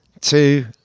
two